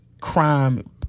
crime